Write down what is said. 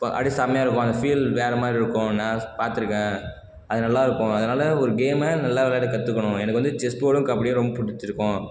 அப்படியே செம்மயாக இருக்கும் அந்த ஃபீல் வேறே மாதிரி இருக்கும் நான் பார்த்து இருக்கேன் அது நல்லா இருக்கும் அதனால் ஒரு கேம்மை நல்லா விளையாட கற்றுக்கணும் எனக்கு வந்து செஸ் போர்டும் கபடியும் ரொம்ப பிடிச்சி இருக்கும்